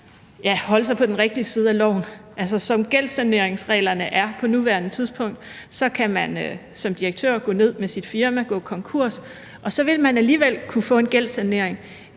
holde sig på den rigtige side af loven. Altså, som gældssaneringsreglerne er på nuværende tidspunkt, kan man som direktør gå ned med sit firma, gå konkurs, og så vil man alligevel kunne få en gældssanering.